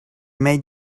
made